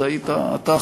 וזה היית אתה,